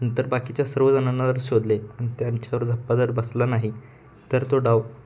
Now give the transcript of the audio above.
नंतर बाकीच्या सर्वजणांवर शोधले आणि त्यांच्यावर धप्पा जर बसला नाही तर तो डाव